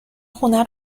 خونه